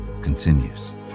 continues